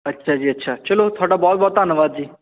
ਅੱਛਾ ਜੀ ਅੱਛਾ ਚਲੋ ਤੁਹਾਡਾ ਬਹੁਤ ਬਹੁਤ ਧੰਨਵਾਦ ਜੀ